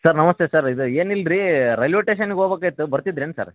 sir ನಮಸ್ತೆ sir ಇದು ಏನಿಲ್ಲರಿ ರೈಲ್ವೆ ಟೇಷನ್ಗೆ ಹೋಬೇಕಾಗಿತ್ತು ಬರ್ತಿದ್ರೇನು ಸರ್